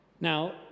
Now